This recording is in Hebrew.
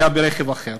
שהיה ברכב אחר.